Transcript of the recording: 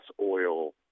oil